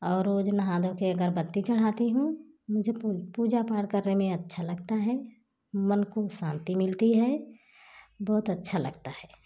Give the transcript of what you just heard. और रोज़ नहा धो कर अगरबत्ती चढ़ाती हूँ मुझे पुन पूजा पाठ करने में अच्छा लगता है मन को भी शांति मिलती है बहुत अच्छा लगता है